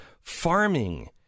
Farming